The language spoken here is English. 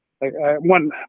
one